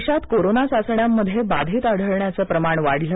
देशात कोरोना चाचण्यांमध्ये बाधित आढळण्याचं प्रमाण वाढलं